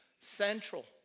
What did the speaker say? central